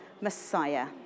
Messiah